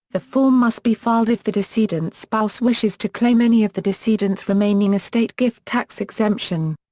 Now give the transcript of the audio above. the form must be filed if the decedent's spouse wishes to claim any of the decedent's remaining estate gift tax exemption.